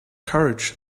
courage